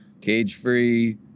Cage-free